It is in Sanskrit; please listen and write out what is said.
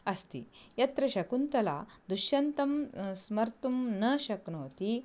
अस्ति यत्र शकुन्तला दुश्यन्तं स्मर्तुं न शक्नोति